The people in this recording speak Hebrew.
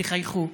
תחייכו,